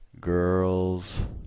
girls